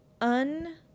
un-